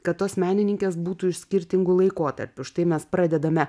kad tos menininkės būtų iš skirtingų laikotarpių štai mes pradedame